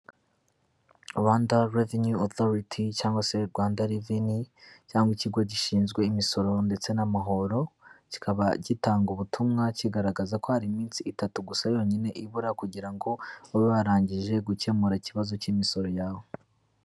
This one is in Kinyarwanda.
Rwanda Renue Aoutrity cyangwa se Rwanda Revene cyangwa ikigo gishinzwe imisoro ndetse n'amahoro, kikaba gitanga ubutumwa kigaragaza ko hari iminsi itatu gusa yonyine ibura kugira ngo babe barangije gukemura ikibazo k'imisoro yawe.